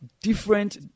different